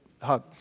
hug